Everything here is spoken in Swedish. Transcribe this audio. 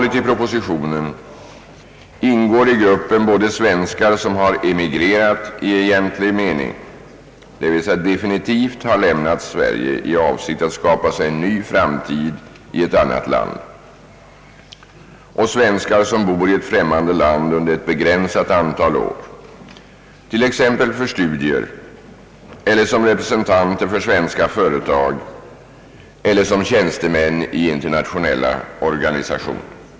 I gruppen ingår både svenskar som har emigrerat i egentlig mening, d. v. s. definitivt har lämnat Sverige i avsikt att skapa sig en ny framtid i ett annat land, och svenskar som bor i ett främmande land under ett begränsat antal år t.ex. för studier eller som representanter för svenska företag eller som tjänstemän i interna tionella organisationer.